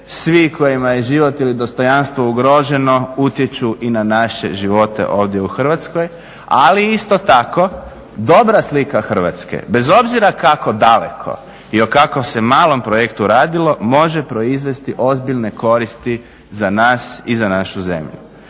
svi kojima je život ili dostojanstvo ugroženo utječu i na naše živote ovdje u Hrvatskoj, ali isto tako dobra slika Hrvatske bez obzira kako daleko i o kako se malom projektu radilo može proizvesti ozbiljne koriste za nas i za našu zemlju.